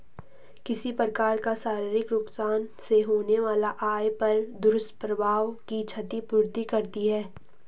किसी प्रकार का शारीरिक नुकसान से होने वाला आय पर दुष्प्रभाव की क्षति पूर्ति करती है